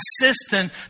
consistent